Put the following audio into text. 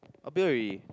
appeal already